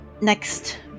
next